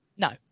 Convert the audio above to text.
No